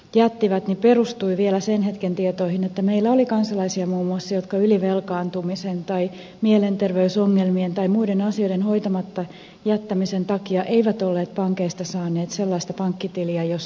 jättivät perustui vielä sen hetken tietoihin että meillä oli muun muassa kansalaisia jotka ylivelkaantumisen tai mielenterveysongelmien tai muiden asioiden hoitamatta jättämisen takia eivät olleet pankeista saaneet sellaista pankkitiliä jossa on pankkitunnukset